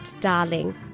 darling